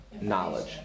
knowledge